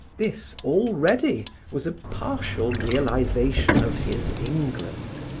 this already was a partial realization of his england,